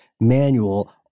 manual